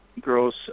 Girls